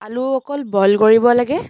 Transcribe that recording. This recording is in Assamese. আলু অকল বইল কৰিব লাগে